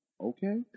Okay